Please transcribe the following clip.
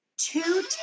Two